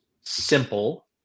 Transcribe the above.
simple